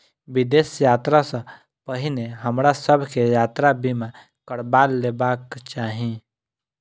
विदेश यात्रा सॅ पहिने हमरा सभ के यात्रा बीमा करबा लेबाक चाही